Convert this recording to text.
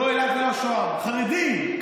לא אלעד ולא שוהם, חרדים.